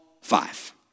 five